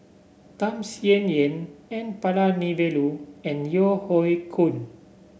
Tham Sien Yen N Palanivelu and Yeo Hoe Koon